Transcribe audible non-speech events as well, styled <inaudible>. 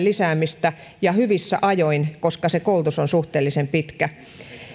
<unintelligible> lisäämistä ja hyvissä ajoin koska se koulutus on suhteellisen pitkä